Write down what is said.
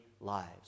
Lives